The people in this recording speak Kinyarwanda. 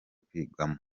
kwigamo